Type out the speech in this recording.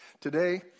Today